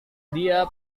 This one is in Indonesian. dia